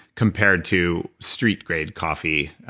compared to street grade coffee,